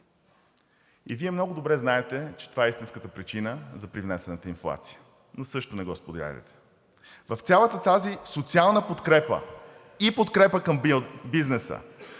и Вие много добре знаете, че това е истинската причина за привнесената инфлация, но също не го споделяте. В цялата тази социална подкрепа и подкрепа към бизнеса